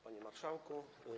Panie Marszałku!